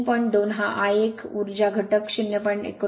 2 हा I 1 ऊर्जा घटक 0